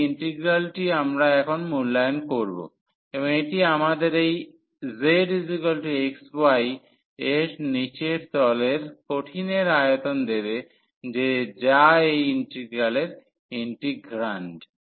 এই ইন্টিগ্রালটি আমরা এখন মূল্যায়ন করব এবং এটি আমাদের এই zxy এর নীচের তলের কঠিনের আয়তন দেবে যে যা এই ইন্টিগ্রালের ইন্টিগ্রান্ড